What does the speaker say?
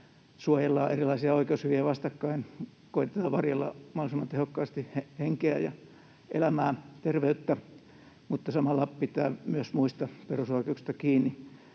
suojellaan erilaisia oikeushyviä vastakkain, koetetaan varjella mahdollisimman tehokkaasti henkeä ja elämää, terveyttä, mutta samalla pitää myös muista perusoikeuksista kiinni.